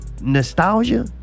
nostalgia